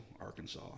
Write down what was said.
Arkansas